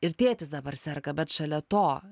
ir tėtis dabar serga bet šalia to